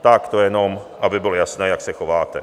Tak to jenom aby bylo jasné, jak se chováte.